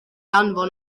anfon